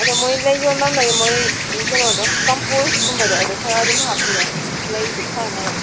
ꯑꯗꯣ ꯃꯣꯏ ꯂꯩ ꯌꯣꯟꯐꯝꯗꯒꯤ ꯃꯣꯏ ꯀꯩꯅꯣꯗꯣ ꯀꯝꯄꯣꯁꯀꯨꯝꯕꯗꯣ ꯑꯗꯨ ꯈꯔ ꯑꯗꯨꯝ ꯍꯥꯞꯄꯤꯌꯣ ꯂꯩꯗꯨ ꯐꯅꯕ